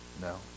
No